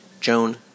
Joan